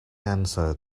answered